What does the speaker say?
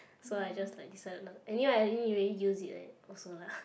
so I just like decide not anyway I didn't really use it also lah